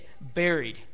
buried